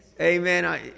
Amen